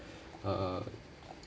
uh